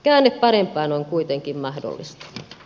käänne parempaan on kuitenkin mahdollinen